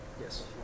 Yes